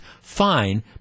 fine